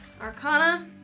Arcana